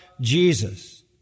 Jesus